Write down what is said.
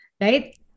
right